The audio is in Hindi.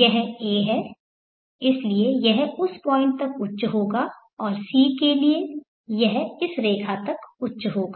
यह a है इसलिए यह उस पॉइंट तक उच्च होगा और c के लिए यह इस रेखा तक उच्च होगा